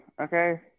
okay